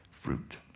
fruit